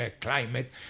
climate